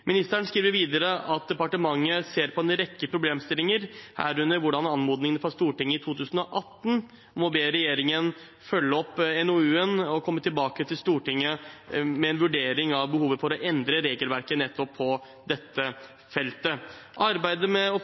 Ministeren skriver videre at departementet ser på en rekke problemstillinger, herunder anmodningen fra Stortinget i 2018 om å be regjeringen følge opp NOU-en og komme tilbake til Stortinget med en vurdering av behovet for å endre regelverket på nettopp dette feltet. Arbeidet med